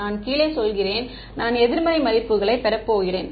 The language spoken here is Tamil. நான் கீழே செல்கிறேன் நான் எதிர்மறை மதிப்புகளைப் பெறப் போகிறேன்